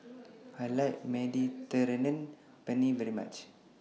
I like Mediterranean Penne very much